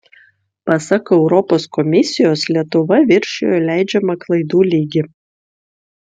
pasak europos komisijos lietuva viršijo leidžiamą klaidų lygį